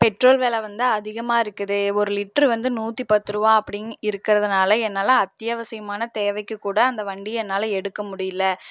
petrol வில வந்து அதிகமாகருக்குது ஒரு லிட்ரு வந்து நூற்றி பத்ரூபா அப்படின்னு இருக்கறதனால என்னால் அத்தியாவசியமான தேவைக்கு கூட அந்த வண்டியை என்னால் எடுக்க முடியல